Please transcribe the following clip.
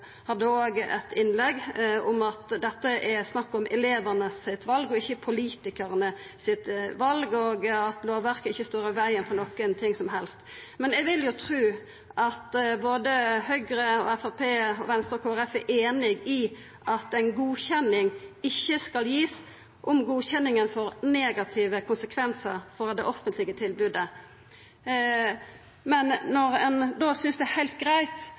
hadde eit innlegg om at det her er snakk om elevane og ikkje politikarane sitt val, og at lovverket ikkje står i vegen for noko som helst. Men eg vil jo tru at både Høgre, Framstegspartiet, Venstre og Kristeleg Folkeparti er einige i at ei godkjenning ikkje skal givast dersom godkjenninga får negative konsekvensar for det offentlege tilbodet. Men dei synest altså det er heilt greitt at ein i det